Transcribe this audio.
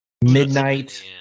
midnight